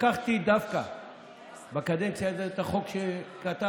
לקחתי דווקא בקדנציה הזאת את החוק שכתב